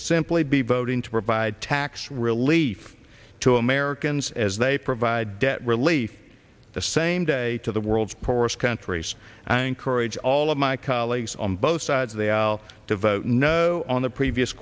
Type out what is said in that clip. simply be voting to provide tax relief to americans as they provide debt relief the same day to the world's poorest countries and i encourage all of my colleagues on both sides of the aisle to vote no on the previous